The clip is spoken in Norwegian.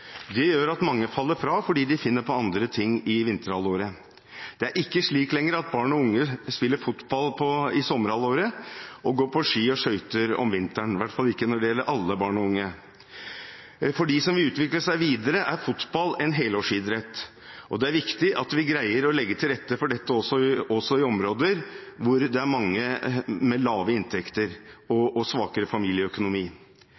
Det gjør at mange faller fra, fordi de finner på andre ting i vinterhalvåret. Det er ikke slik lenger at barn og unge spiller fotball i sommerhalvåret og går på ski og skøyter om vinteren, i hvert fall ikke alle barn og unge. For dem som vil utvikle seg videre, er fotball en helårsidrett. Det er viktig at vi greier å legge til rette for dette også i områder hvor det er mange med lave inntekter